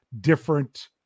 different